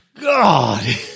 God